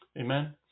Amen